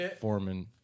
Foreman